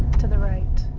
to the right.